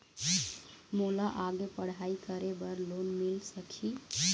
मोला आगे पढ़ई करे बर लोन मिल सकही?